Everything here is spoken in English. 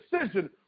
decision